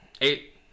eight